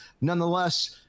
nonetheless